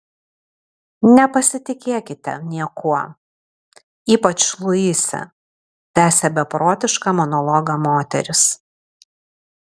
nepasitikėkite niekuo ypač luise tęsė beprotišką monologą moteris